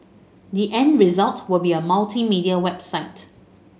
the end result will be a multimedia website